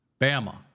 Bama